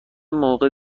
موقع